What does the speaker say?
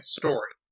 story